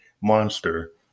monster